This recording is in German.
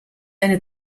eine